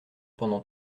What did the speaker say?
pendant